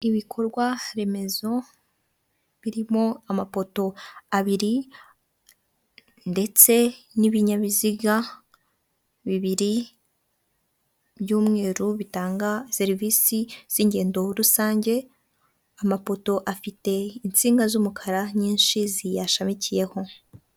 Ibikorwa remezo birimo amapoto abiri, ndetse n'ibinyabiziga bibiri by'umweru bitanga serivisi z'ingendo rusange. Amapoto afite insinga z'umukara nyinshi ziyashamikiyeho.